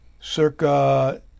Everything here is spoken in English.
circa